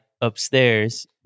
upstairs